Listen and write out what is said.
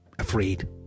afraid